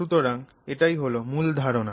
সুতরাং এখানে এটাই হল মূল ধারণা